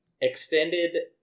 extended